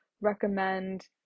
recommend